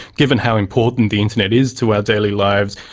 given how important the internet is to our daily lives.